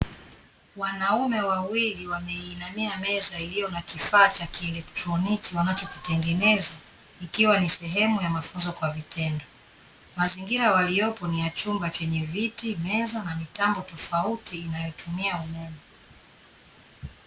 Wanaume wawili wameiinamia meza iliyo na kifaa cha kielektroniki wanachokitengeneza, ikiwa ni sehemu ya mafunzo kwa vitendo, mazingira waliopo ni ya chumba chenye viti, meza na mitambo tofauti inayotumia umeme.